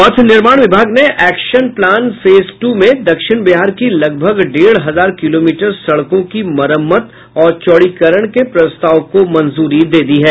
पथ निर्माण विभाग ने एक्शन प्लान फेज टू में दक्षिण बिहार की लगभग डेढ़ हजार किलोमीटर सड़कों की मरम्मत और चौड़ीकरण के प्रस्ताव को मंजूरी दे दी है